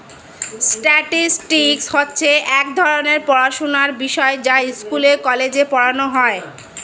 statistics হচ্ছে এক ধরণের পড়াশোনার বিষয় যা স্কুলে, কলেজে পড়ানো হয়